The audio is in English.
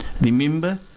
remember